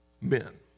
men